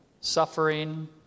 suffering